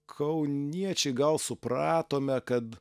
kauniečiai gal supratome kad